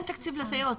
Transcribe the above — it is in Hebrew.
אין תקציב לסייעות,